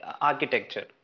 architecture